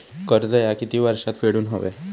कर्ज ह्या किती वर्षात फेडून हव्या?